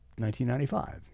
1995